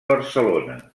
barcelona